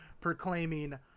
proclaiming